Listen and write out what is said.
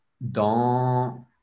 dans